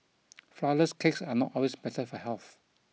flourless cakes are not always better for health